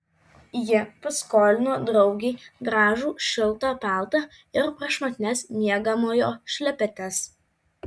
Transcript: ji paskolino draugei gražų šiltą paltą ir prašmatnias miegamojo šlepetes